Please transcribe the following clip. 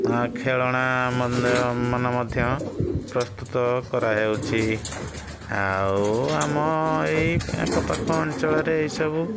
ଖେଳଣା ମଧ୍ୟ ପ୍ରସ୍ତୁତ କରାଯାଉଛି ଆଉ ଆମ ଏଇ ଆଖପାଖ ଆଞ୍ଚଳରେ ଏଇସବୁ